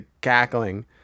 cackling